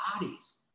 bodies